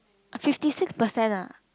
fifty six percent ah